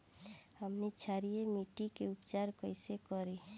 हमनी क्षारीय मिट्टी क उपचार कइसे करी?